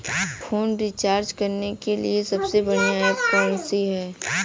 Phone recharge करने के लिए सबसे बढ़िया ऐप कौन सी है?